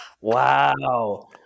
Wow